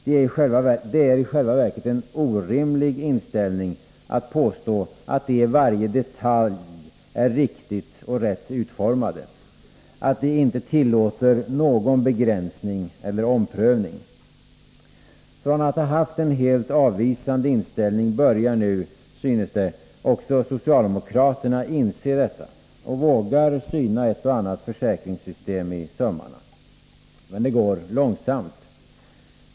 Det är i själva verket en orimlig inställning att påstå att de i varje detalj är riktigt och rätt utformade, att de inte tillåter någon begränsning eller omprövning. Från att ha haft en helt avvisande inställning börjar nu, synes det, också socialdemokraterna inse detta så att de vågar syna ett och annat försäkringssystem i sömmarna, men det går långsamt.